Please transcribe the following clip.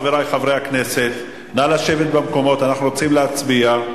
חברי חברי הכנסת, נא לשבת, אנחנו רוצים להצביע.